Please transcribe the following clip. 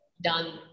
done